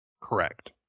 Correct